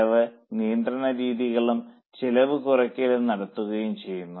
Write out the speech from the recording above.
ചെലവ് നിയന്ത്രണ രീതികളും ചെലവ് കുറയ്ക്കലും നടത്തുകയും ചെയ്യുന്നു